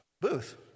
booth